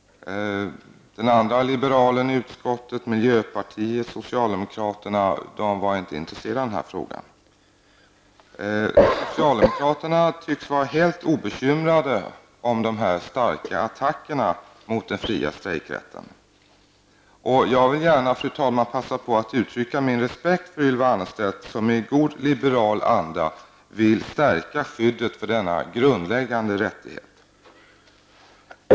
Den andra liberalen i utskottet, miljöpartiet och socialdemokraterna var inte intresserade av den här frågan. Socialdemokraterna tycks vara helt obekymrade om dessa starka attacker mot den fria strejkrätten. Jag vill gärna, fru talman, passa på att uttrycka min respekt för Ylva Annerstedt som i god liberal anda vill stärka skyddet för denna grundläggande rättighet.